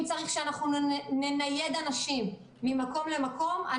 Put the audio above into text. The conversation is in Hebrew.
אם צריך שננייד אנשים ממקום למקום,